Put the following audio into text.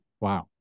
Wow